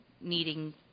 needing